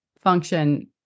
Function